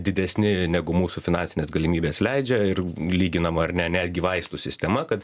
didesni negu mūsų finansinės galimybės leidžia ir lyginama ar ne netgi vaistų sistema kad